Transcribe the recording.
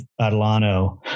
Adelano